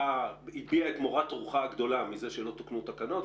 והיא הביעה את מורת רוחה הגדולה מזה שלא תוקנו תקנות,